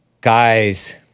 Guys